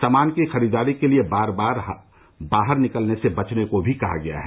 सामान की खरीददारी के लिए बार बार बाहर निकलने से बचने को भी कहा गया है